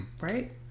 Right